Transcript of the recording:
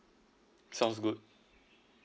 sounds good